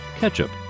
ketchup